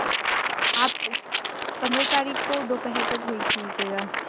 آپ پندرہ تاریخ کو دوپہر تک بھیج دیجیے گا